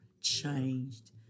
changed